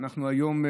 אנחנו היום,